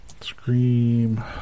Scream